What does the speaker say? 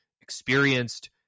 experienced